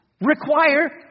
require